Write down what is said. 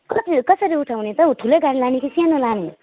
कति कसरी उठाउने त हौ ठुलै गाडी लाने कि सानो लाने